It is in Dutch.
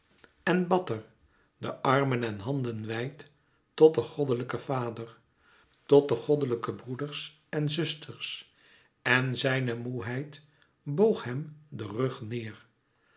en bad er de armen en handen wijd tot den goddelijken vader tot de goddelijke broeders en zusters en zijne moêheid boog hem den rug neêr